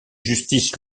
justice